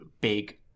big